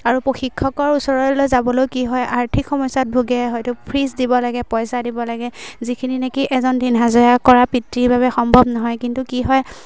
আৰু প্ৰশিক্ষকৰ ওচৰলৈ যাবলৈও কি হয় আৰ্থিক সমস্যাত ভোগে হয়তো ফীজ দিব লাগে পইচা দিব লাগে যিখিনি নেকি এজন দিন হাজিৰা কৰা পিতৃৰ বাবে সম্ভৱ নহয় কিন্তু কি হয়